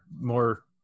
more